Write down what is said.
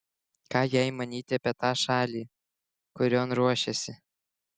ką jai manyti apie tą šalį kurion ruošiasi